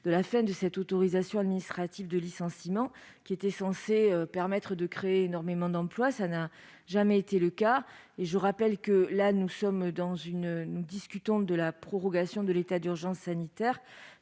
de la fin de cette autorisation administrative de licenciement : sa suppression était censée permettre de créer énormément d'emplois, mais ça n'a jamais été le cas. Je rappelle que nous discutons de la prorogation de l'état d'urgence sanitaire.